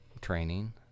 training